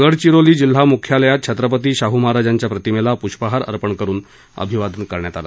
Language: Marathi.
गडचिरोली जिल्हा मुख्यालयात छत्रपती शाहू महाराजांच्या प्रतिमेला प्रष्पहार अर्पण करुन अभिवादन करण्यात आलं